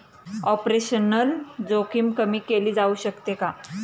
Operational जोखीम कमी केली जाऊ शकते का?